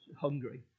hungry